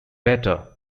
better